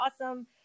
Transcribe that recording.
awesome